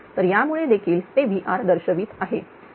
तर यामुळे देखील ते VR दर्शवित आहे